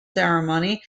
ceremony